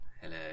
Hello